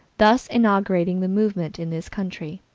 thus inaugurating the movement in this country,